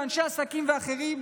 אנשי עסקים ואחרים,